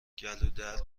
گلودرد